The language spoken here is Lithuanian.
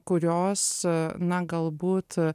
kurios na galbūt